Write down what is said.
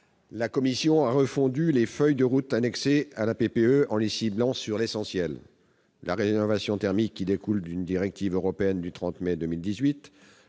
la commission a refondu les feuilles de route annexées à la PPE en les ciblant sur l'essentiel : la rénovation thermique, qui découle d'une directive européenne du 30 mai 2018,